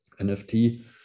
nft